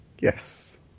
Yes